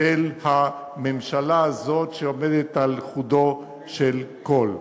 של הממשלה הזו, שעומדת על חודו של קול.